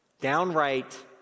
downright